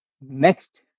Next